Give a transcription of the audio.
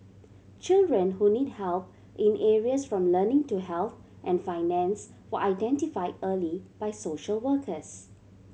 children who need help in areas from learning to health and finance were identified early by social workers